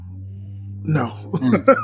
No